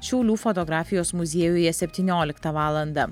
šiaulių fotografijos muziejuje septynioliktą valandą